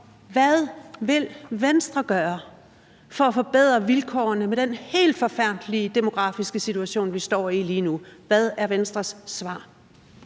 Hvad vil Venstre gøre for at forbedre vilkårene med den helt forfærdelige demografiske situation, vi står i lige nu? Hvad er Venstres svar?